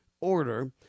order